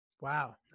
wow